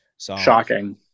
Shocking